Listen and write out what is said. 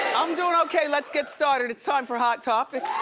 i'm doing okay, let's get started, it's time for hot topics.